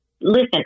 Listen